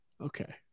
okay